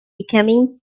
becoming